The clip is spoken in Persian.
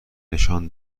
نشان